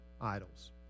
idols